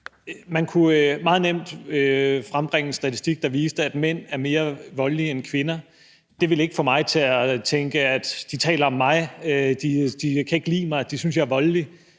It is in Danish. Man kunne meget nemt frembringe en statistik, der viste, at mænd er mere voldelige end kvinder. Det ville ikke få mig til at tænke, at de taler om mig, de kan ikke lide mig, og de synes, at jeg er voldelig.